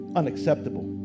unacceptable